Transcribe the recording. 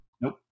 nope